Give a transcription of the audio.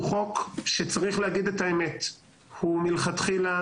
הוא מלכתחילה